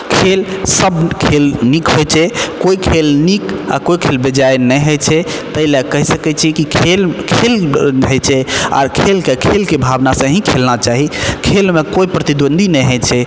खेल सब खेल नीक होइ छै कोइ खेल नीक आ कोइ खेल बेजाए नहि होइ छै ताहि लए कहि सकैत छी कि खेल खेल होइत छै आर खेलके खेलके भावना से ही खेलना चाही खेलमे कोइ प्रतिद्वंद्वी नहि होइत छै